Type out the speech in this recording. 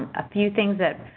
a few things that's,